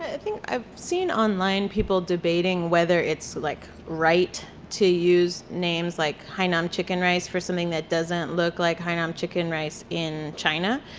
i think i've seen online online people debating whether it's like right to use names like hai nam chicken rice for something that doesn't look like hai nam chicken rice in china